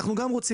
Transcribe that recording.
אנחנו גם רוצים.